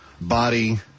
body